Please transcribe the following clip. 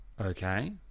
Okay